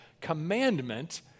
commandment